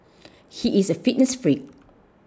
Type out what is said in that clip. he is a fitness freak